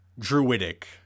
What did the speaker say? druidic